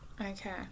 Okay